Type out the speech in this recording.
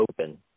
open